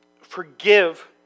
forgive